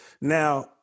now